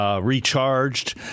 Recharged